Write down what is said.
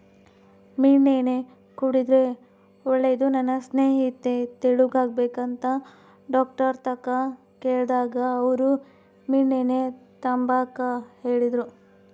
ಮೀನೆಣ್ಣೆ ಕುಡುದ್ರೆ ಒಳ್ಳೇದು, ನನ್ ಸ್ನೇಹಿತೆ ತೆಳ್ಳುಗಾಗ್ಬೇಕಂತ ಡಾಕ್ಟರ್ತಾಕ ಕೇಳ್ದಾಗ ಅವ್ರು ಮೀನೆಣ್ಣೆ ತಾಂಬಾಕ ಹೇಳಿದ್ರು